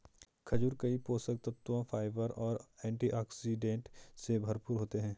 खजूर कई पोषक तत्वों, फाइबर और एंटीऑक्सीडेंट से भरपूर होते हैं